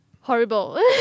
horrible